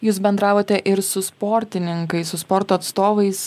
jūs bendravote ir su sportininkais su sporto atstovais